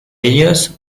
ellos